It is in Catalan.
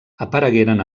aparegueren